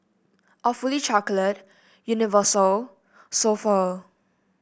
Awfully Chocolate Universal So Pho